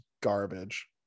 garbage